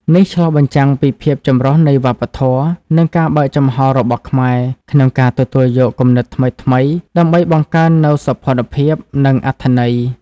នេះឆ្លុះបញ្ចាំងពីភាពចម្រុះនៃវប្បធម៌ និងការបើកចំហររបស់ខ្មែរក្នុងការទទួលយកគំនិតថ្មីៗ ដើម្បីបង្កើននូវសោភ័ណភាព និងអត្ថន័យ។